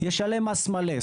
ישלם מס מלא.